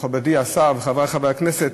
מכובדי השר וחברי חברי הכנסת,